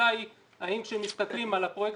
השאלה היא אם כשמסתכלים על הפרויקט